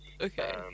Okay